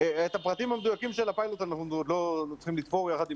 את הפרטים המדויקים של הפיילוט אנחנו צריכים לתפור יחד עם